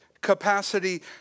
capacity